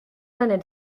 venais